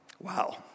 Wow